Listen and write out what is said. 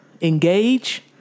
engage